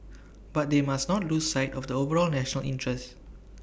but they must not lose sight of the overall national interest